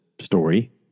story